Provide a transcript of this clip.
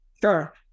sure